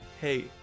hey